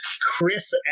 Chris